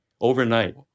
overnight